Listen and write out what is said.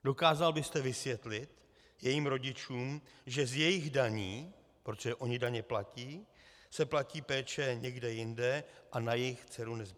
Dokázal byste vysvětlit jejím rodičům, že z jejich daní protože oni daně platí se platí péče někde jinde a na jejich dceru nezbylo?